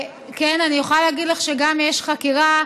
אני יכולה להגיד לך שגם יש חקירה,